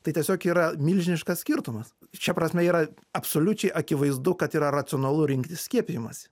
tai tiesiog yra milžiniškas skirtumas šia prasme yra absoliučiai akivaizdu kad yra racionalu rinktis skiepijimas